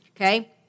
okay